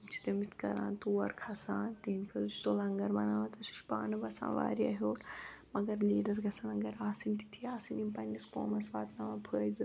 یِم چھِ کَران تور کھسان تِہندِ خٲطرٕ چھِ سُہ لَنگر بناوان سُہ چھُ پانہٕ بَسان واریاہ ہیوٚر مگر لیٖڈر گَژھان مگر آسٕنۍ تِتھی آسٕنۍ یُم پَننِس قومَس واتناوان فٲیدٕ